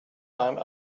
time